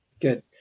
good